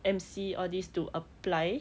M_C all these to apply